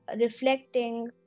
reflecting